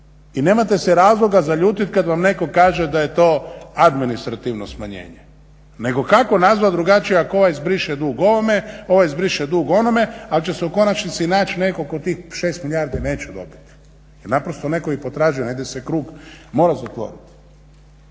i nemate se razloga za ljutit kad vam netko kaže da je to administrativno smanjenje nego kako nazvat drugačije ako ovaj izbriše dug ovome, ovaj izbriše dug onome, ali će se u konačnici naći netko tko tih 6 milijardi neće dobit jer naprosto netko ih potražuje, negdje se krug mora zatvoriti.